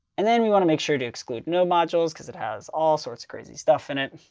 and then we want to make sure to exclude no modules because it has all sorts of crazy stuff in it.